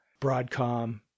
Broadcom